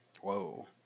Whoa